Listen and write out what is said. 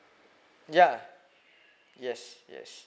yeah yes yes